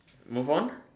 move on